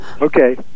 Okay